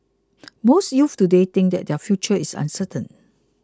most youths today think that their future is uncertain